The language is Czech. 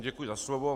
Děkuji za slovo.